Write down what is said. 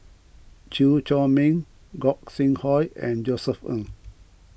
Chew Chor Meng Gog Sing Hooi and Josef Ng